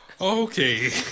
Okay